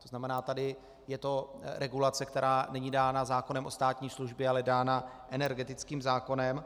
To znamená, tady je to regulace, která není dána zákonem o státní službě, ale dána energetickým zákonem.